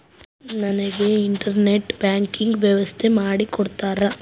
ನನಗೆ internet banking ವ್ಯವಸ್ಥೆ ಮಾಡಿ ಕೊಡ್ತೇರಾ?